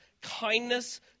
...kindness